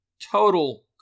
total